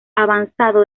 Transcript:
avanzado